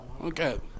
Okay